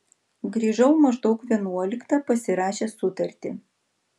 grįžau maždaug vienuoliktą pasirašęs sutartį